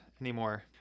anymore